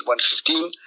115